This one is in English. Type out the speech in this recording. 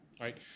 right